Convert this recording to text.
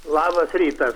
labas rytas